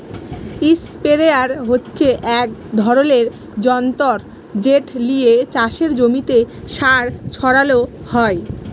ইসপেরেয়ার হচ্যে এক ধরলের যন্তর যেট লিয়ে চাসের জমিতে সার ছড়ালো হয়